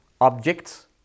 objects